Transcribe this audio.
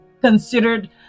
considered